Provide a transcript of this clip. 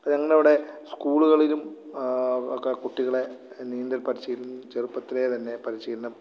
അപ്പോള് ഞങ്ങളുടെ അവിടെ സ്കൂളുകളിലും ഒക്കെ കുട്ടികളെ നീന്തൽ പരിശീലനം ചെറുപ്പത്തിലേതന്നെ പരിശീലനം